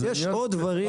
יש עוד דברים.